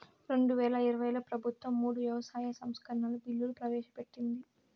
రెండువేల ఇరవైలో ప్రభుత్వం మూడు వ్యవసాయ సంస్కరణల బిల్లులు ప్రవేశపెట్టింది